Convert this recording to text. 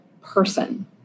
person